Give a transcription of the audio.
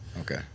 okay